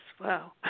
Wow